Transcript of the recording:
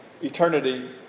eternity